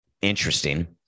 interesting